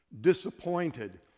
disappointed